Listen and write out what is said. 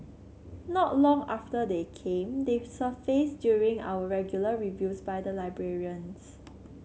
not long after they came they surfaced during our regular reviews by the librarians